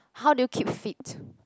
how do you keep fit